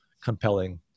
compelling